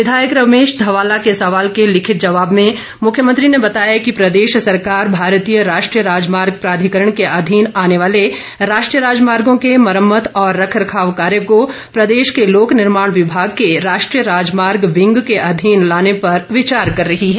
विधायक रमेश ध्वाला के सवाल के लिखित जवाब में मुख्यमंत्री ने बताया कि प्रदेश सरकार भारतीय राष्ट्रीय राजमार्ग प्राधिकरण के अधीन आने वाले राष्ट्रीय राजमार्गो के मुरम्मत और रखरखाव कार्य को प्रदेश के लोक निर्माण विभाग के राष्ट्रीय राजमार्ग विंग के अधीन लाने पर विचार कर रही है